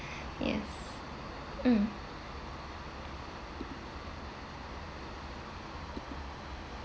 yes mm